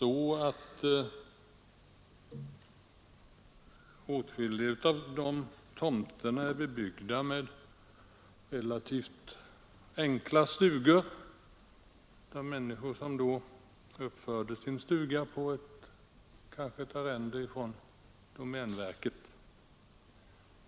Åtskilliga av de tomterna är väl bebyggda med relativt enkla stugor, kanske uppförda på ett arrende från domänverket.